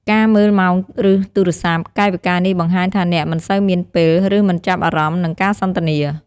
ការមើលម៉ោង ឬទូរស័ព្ទ កាយវិការនេះបង្ហាញថាអ្នកមិនសូវមានពេល ឬមិនចាប់អារម្មណ៍នឹងការសន្ទនា។